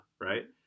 right